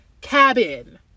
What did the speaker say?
cabin